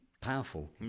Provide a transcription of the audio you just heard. powerful